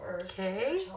Okay